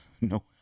no